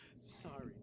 Sorry